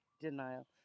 denial